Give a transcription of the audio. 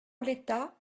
l’état